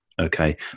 okay